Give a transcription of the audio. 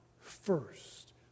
first